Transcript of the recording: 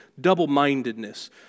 Double-mindedness